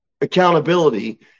accountability